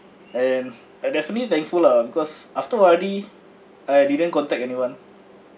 and I definitely thankful lah because after O_R_D I didn't contact anyone